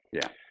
yeah.